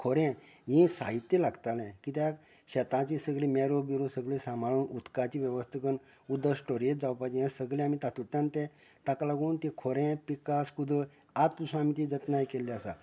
खोरें ही साहित्य लागतालें कित्याक शेतांची सगळीं मेरो बिरो सगळें सांबाळून उदकांची वेवस्था करून उदक स्टोरेज जावपाचे हे सगळें आनी तातूंतल्यान तें ताका लागून तें खोरें पिकास कुदळ आज पसून आमी तेची जतनाय केल्ली आसा